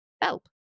Help